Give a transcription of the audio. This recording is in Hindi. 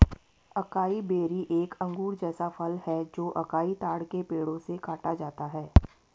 अकाई बेरी एक अंगूर जैसा फल है जो अकाई ताड़ के पेड़ों से काटा जाता है